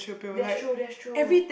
that's true that's true